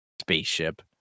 spaceship